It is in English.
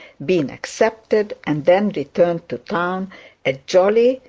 been accepted, and then returned to town a jolly,